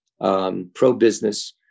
pro-business